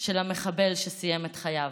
של המחבל שסיים את חייו.